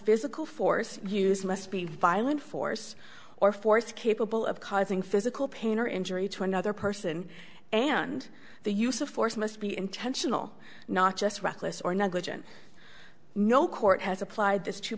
physical force use must be violent force or force capable of causing physical pain or injury to another person and the use of force must be intentional not just reckless or negligent no court has applied this two